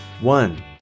one